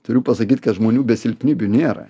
turiu pasakyt ka žmonių be silpnybių nėra